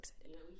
excited